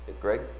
Greg